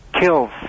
kills